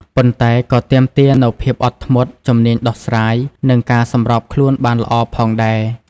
ប៉ុន្តែក៏ទាមទារនូវភាពអត់ធ្មត់ ជំនាញដោះស្រាយបញ្ហា និងការសម្របខ្លួនបានល្អផងដែរ។